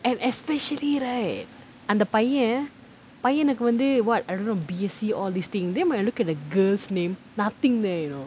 and especially right அந்த பையன் பையனுக்கு வந்து:antha paiyan paiyanukku vanthu what I don't know B_C all these things then when I look at the girl's name nothing there you know